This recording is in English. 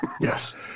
Yes